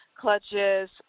clutches